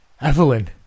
Evelyn